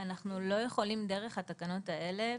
לא יכולים דרך התקנות האלה